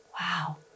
wow